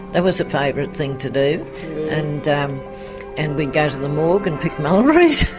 that was a favourite thing to do and and we'd go to the morgue and pick mulberries.